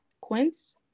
Quince